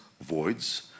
voids